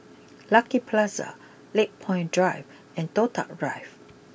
Lucky Plaza Lakepoint Drive and Toh Tuck Drive